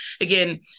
again